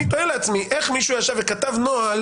אני תוהה לעצמי איך מישהו ישב וכתב נוהל